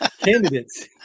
Candidates